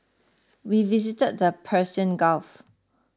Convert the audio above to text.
we visited the Persian Gulf